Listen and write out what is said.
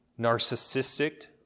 narcissistic